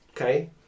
Okay